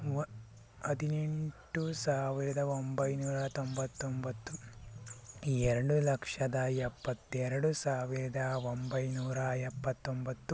ಮೂವ ಹದಿನೆಂಟು ಸಾವಿರದ ಒಂಬೈನೂರ ತೊಂಬತ್ತೊಂಬತ್ತು ಎರಡು ಲಕ್ಷದ ಎಪ್ಪತ್ತೆರಡು ಸಾವಿರದ ಒಂಬೈನೂರ ಎಪ್ಪತ್ತೊಂಬತ್ತು